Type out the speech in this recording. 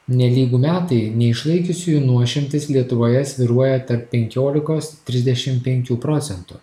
nelygu metai neišlaikiusiųjų nuošimtis lietuvoje svyruoja tarp penkiolikos trisdešim penkių procentų